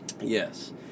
Yes